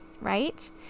right